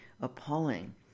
appalling